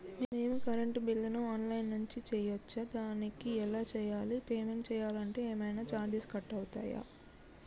మేము కరెంటు బిల్లును online నుంచి చేయచ్చా? దానికి ఎలా చేయాలి? పేమెంట్ చేయాలంటే ఏమైనా చార్జెస్ కట్ అయితయా?